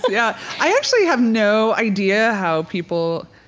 yeah. i actually have no idea how people